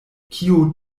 kio